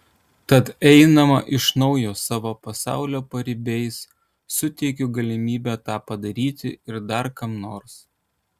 tad eidama iš naujo savo pasaulio paribiais suteikiu galimybę tą padaryti ir dar kam nors